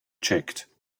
checked